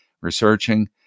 researching